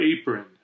apron